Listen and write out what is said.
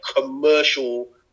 commercial